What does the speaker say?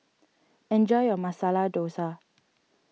enjoy your Masala Dosa